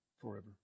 forever